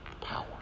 power